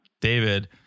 David